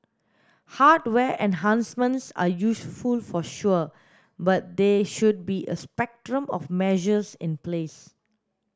hardware enhancements are useful for sure but there should be a spectrum of measures in place